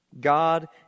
God